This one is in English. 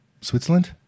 Switzerland